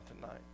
tonight